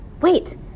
wait